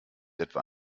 etwa